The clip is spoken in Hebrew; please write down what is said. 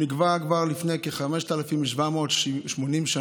הוא נקבע כבר לפני כ-5,780 שנה,